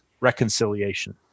reconciliation